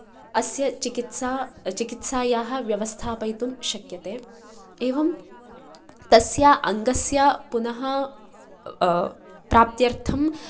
अस्य चिकित्सा चिकित्सायाः व्यावस्थापितुं शक्यते एवं तस्य अङ्गस्य पुनः प्राप्त्यर्थं